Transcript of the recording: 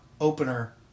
opener